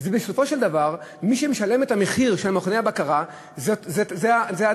בסופו של דבר מי שמשלם את המחיר של מכוני הבקרה זה התושבים.